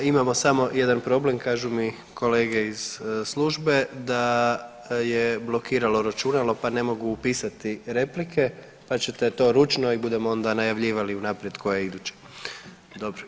Imamo samo jedan problem kažu mi kolege iz službe da je blokiralo računalo pa ne mogu upisati replike, pa ćete to ručno i budemo onda najavljivali unaprijed tko je idući, dobro.